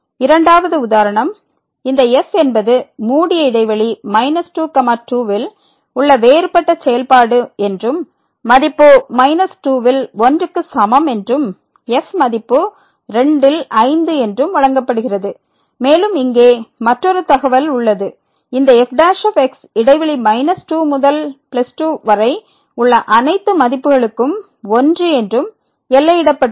இரண்டாவது உதாரணம் இந்த f என்பது மூடிய இடைவெளி 22 யில் உள்ள வேறுபட்ட செயல்பாடு என்றும் மதிப்பு −2 ல் 1 க்கு சமம் என்றும் f மதிப்பு 2 ல் 5 என்றும் வழங்கப்படுகிறது மேலும் இங்கே மற்றொரு தகவல் உள்ளது இந்த fx இடைவெளி −2 முதல் 2 வரை உள்ள அனைத்து மதிப்புகளுக்கும் 1 என்றும் எல்லையிடப்பட்டுள்ளது